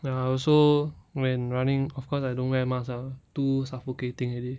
ya also when running of course I don't wear mask ah too suffocating already